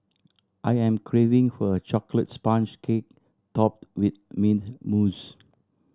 I am craving for a chocolate sponge cake topped with mint mousse